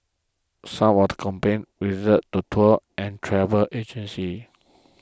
some of the complaints reserved to tours and travel agencies